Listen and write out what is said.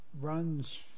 runs